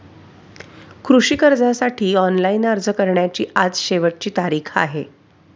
कृषी कर्जासाठी ऑनलाइन अर्ज करण्याची आज शेवटची तारीख आहे